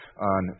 on